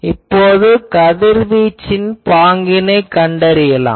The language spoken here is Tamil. இப்போது கதிர்வீச்சின் பாங்கினைக் கண்டுபிடிக்கலாம்